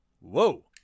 whoa